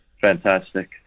fantastic